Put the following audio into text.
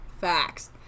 facts